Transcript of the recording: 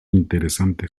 interesante